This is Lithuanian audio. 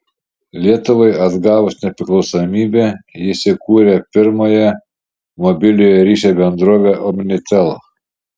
lietuvai atgavus nepriklausomybę jis įkūrė pirmąją mobiliojo ryšio bendrovę omnitel